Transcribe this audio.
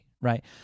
right